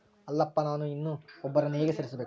ಅಲ್ಲಪ್ಪ ನಾನು ಇನ್ನೂ ಒಬ್ಬರನ್ನ ಹೇಗೆ ಸೇರಿಸಬೇಕು?